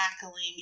tackling